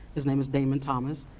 his name is damon thomas.